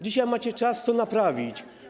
Dzisiaj macie czas to naprawić.